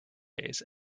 days